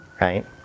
right